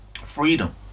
freedom